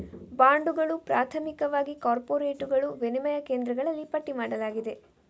ಬಾಂಡುಗಳು, ಪ್ರಾಥಮಿಕವಾಗಿ ಕಾರ್ಪೊರೇಟುಗಳು, ವಿನಿಮಯ ಕೇಂದ್ರಗಳಲ್ಲಿ ಪಟ್ಟಿ ಮಾಡಲಾಗಿದೆ